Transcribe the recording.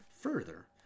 Further